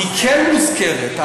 היא כן מוזכרת.